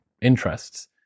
interests